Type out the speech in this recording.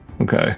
Okay